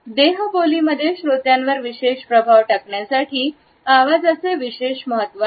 देहबोली मध्ये श्रोत्यांवर विशेष प्रभाव टाकण्यासाठी आवाजाचे विशेष महत्त्व आहे